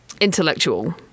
intellectual